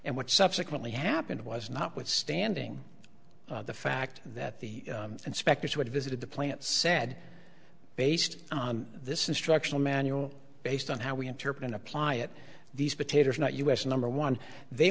and what subsequently happened was notwithstanding the fact that the inspectors would visited the plant said based on this instructional manual based on how we interpret and apply it these potatoes not us number one they